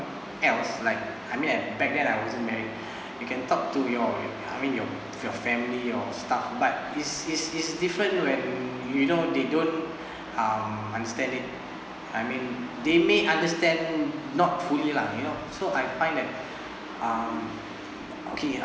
else like I mean I back then I wasn't married you can talk to your I mean your your family your staff but is is is different when we don't they don't um understand it I mean they may understand not fully lah you know so I find that um okay